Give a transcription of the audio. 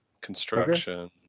construction